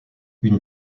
une